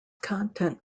content